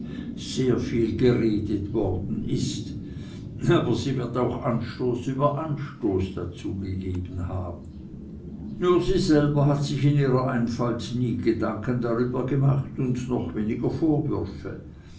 sehr viel geredet worden ist und sie wird auch anstoß über anstoß gegeben haben nur sie selber hat sich in ihrer einfalt nie gedanken darüber gemacht und noch weniger vorwürfe